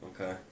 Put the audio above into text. Okay